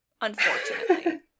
Unfortunately